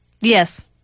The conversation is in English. Yes